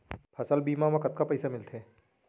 फसल बीमा म कतका पइसा मिलथे?